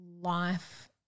life